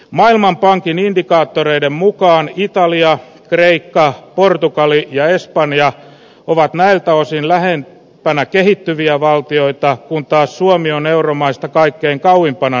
maailmanpankin indikaattoreiden mukaan italiaa kreikkaa portugali ja espanja ovat näiltä osin lähenppänä kehittyviä valtioita kun taas suomi on euromaista kaikkein kauimpana